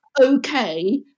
okay